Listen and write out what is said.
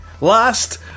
Last